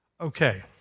Okay